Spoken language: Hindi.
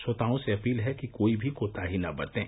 श्रोताओं से अपील है कि कोई भी कोताही न बरतें